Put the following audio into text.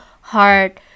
heart